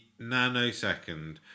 nanosecond